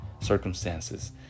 circumstances